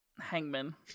Hangman